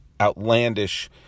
outlandish